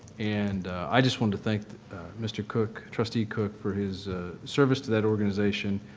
and i just wanted to thank mr. cook, trustee cook, for his service to that organization.